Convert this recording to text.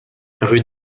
rue